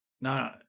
no